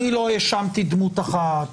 אני לא האשמתי דמות אחת,